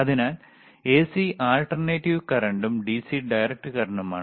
അതിനാൽ AC alternative കറന്റും DC direct കറന്റുമാണ്